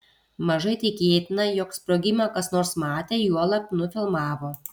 mažai tikėtina jog sprogimą kas nors matė juolab nufilmavo